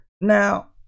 Now